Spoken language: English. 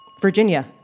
Virginia